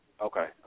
okay